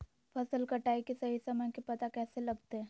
फसल कटाई के सही समय के पता कैसे लगते?